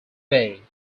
bay